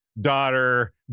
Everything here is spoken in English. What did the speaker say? daughter